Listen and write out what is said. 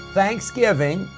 Thanksgiving